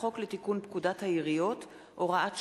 חוק לתיקון פקודת העיריות (הוראת שעה)